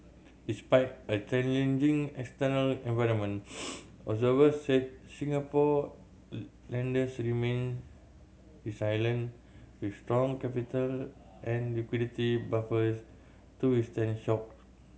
despite a challenging external environment observers said Singapore lenders remain resilient with strong capital and liquidity buffers to withstand shock